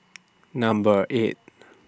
Number eight